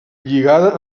lligada